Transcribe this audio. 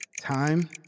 Time